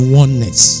oneness